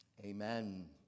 Amen